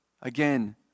again